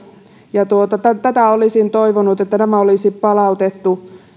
ja olisin toivonut että tämä olisi palautettu